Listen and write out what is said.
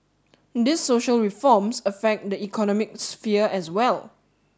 these social reforms affect the economic sphere as well